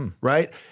Right